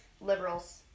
liberals